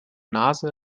nase